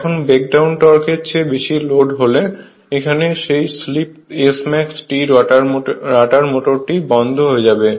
এখন ব্রেকডাউন টর্কের চেয়ে বেশি লোড হলে এখানে সেই স্লিপ Smax T রটার মোটরটি বন্ধ হয়ে যাবে